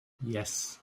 yes